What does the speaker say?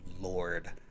Lord